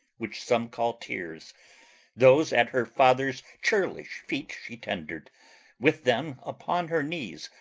which some call tears those at her father's churlish feet she tender'd with them, upon her knees,